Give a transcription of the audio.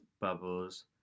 Bubbles